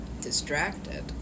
Distracted